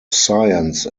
science